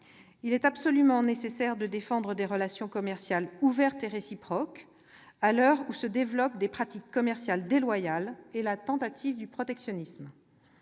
Il est absolument nécessaire de défendre des relations commerciales ouvertes et réciproques, à l'heure où se développent des pratiques commerciales déloyales et la tentation du protectionnisme.